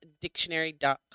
dictionary.com